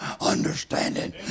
understanding